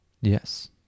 Yes